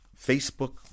Facebook